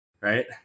right